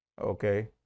okay